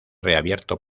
reabierto